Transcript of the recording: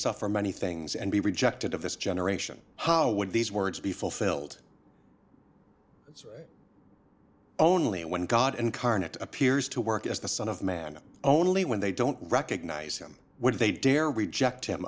suffer many things and be rejected of this generation how would these words be fulfilled its only when god incarnate appears to work as the son of man only when they don't recognize him when they dare reject him